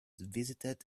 visited